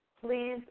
please